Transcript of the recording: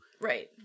Right